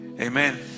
amen